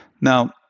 Now